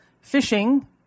fishing